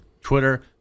Twitter